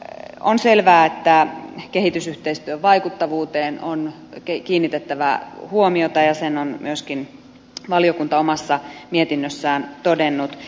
on selvää että kehitysyhteistyön vaikuttavuuteen on kiinnitettävä huomiota ja sen on myöskin valiokunta omassa mietinnössään todennut